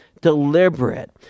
deliberate